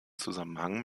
zusammenhang